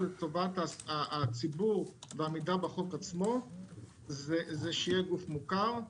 לטובת הציבור ועמידה בחוק עצמו זה שיהיה גוף מוכר.